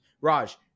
Raj